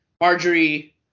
Marjorie